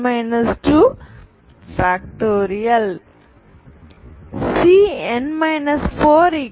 n 2